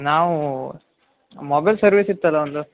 ನಾವು mobile service ಇತ್ತಲ್ಲ ಒಂದು